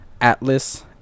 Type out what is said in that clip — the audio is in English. Atlas